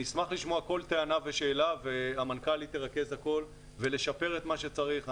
נשמח לשמוע כל טענה ושאלה - המנכ"לית תרכז את הכול ולשפר את מה שצריך.